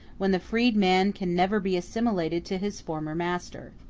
when the freed man can never be assimilated to his former master.